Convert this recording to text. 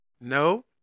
No